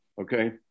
okay